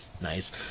Nice